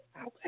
Okay